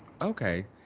okay